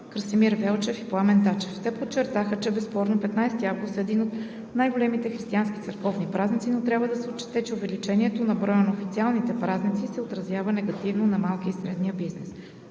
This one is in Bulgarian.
Красимир Велчев и Пламен Тачев. Те подчертаха, че безспорно 15 август е един от най-големите християнски църковни празници, но трябва да се отчете, че увеличаването на броя на официални празници се отразява негативно на малкия и среден бизнес.